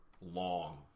long